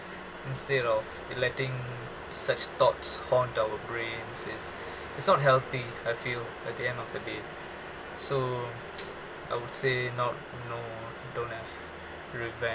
instead of letting such thoughts haunt our brains it's it's not healthy I feel at the end of the day so I would say not no don't have revenge